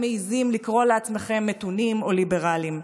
מעיזים לקרוא לעצמכם מתונים או ליברלים.